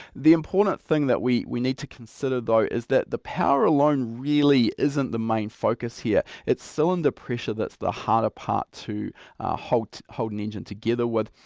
the important thing that we we need to consider though is that the power alone really isn't the main focus here. it's cylinder pressure that's the harder part to hold to hold an engine together with.